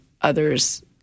others